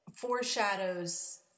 foreshadows